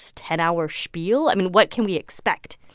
ten hour spiel? i mean, what can we expect?